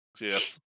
yes